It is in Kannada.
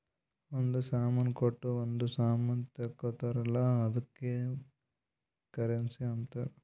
ಒಂದ್ ಸಾಮಾನ್ ಕೊಟ್ಟು ಒಂದ್ ಸಾಮಾನ್ ತಗೊತ್ತಾರ್ ಅಲ್ಲ ಅದ್ದುಕ್ ಕರೆನ್ಸಿ ಅಂತಾರ್